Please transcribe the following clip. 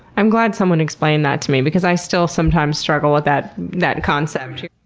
i'm glad someone explained that to me because i still sometimes struggle with that that concept.